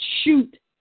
shoot